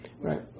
Right